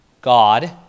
God